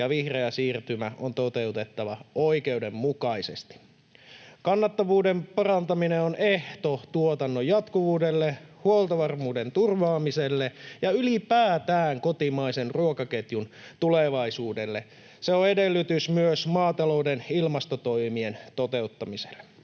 ja vihreä siirtymä on toteutettava oikeudenmukaisesti. Kannattavuuden parantaminen on ehto tuotannon jatkuvuudelle, huoltovarmuuden turvaamiselle ja ylipäätään kotimaisen ruokaketjun tulevaisuudelle. Se on edellytys myös maatalouden ilmastotoimien toteuttamiselle.